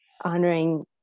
honoring